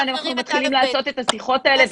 -- ואנחנו מתחילים לעשות את השיחות האלה -- תעשו את זה.